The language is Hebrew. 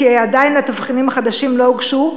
כי התבחינים החדשים עדיין לא הוגשו,